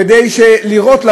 כדי לראות,